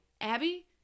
Abby